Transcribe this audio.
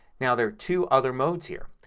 now there are two other modes here.